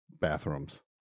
bathrooms